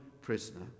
prisoner